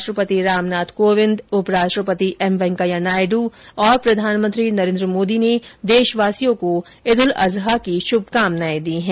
राष्ट्रपति रामनाथ कोविंद उपराष्ट्रपति एम वेंकैया नायडू और प्रधानमंत्री नरेन्द्र मोदी ने देशवासियों को ईद उल अजहा की श्रभकामनाएं दी है